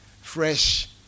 fresh